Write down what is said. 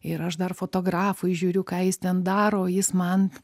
ir aš dar fotografui žiūriu ką jis ten daro jis man